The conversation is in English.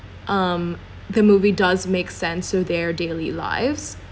um the movie does make sense so their daily lives